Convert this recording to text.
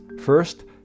First